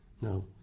No